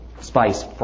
spice